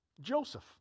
Joseph